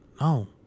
No